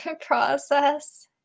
Process